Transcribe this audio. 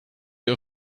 you